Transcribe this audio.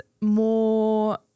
more